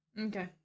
Okay